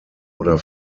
oder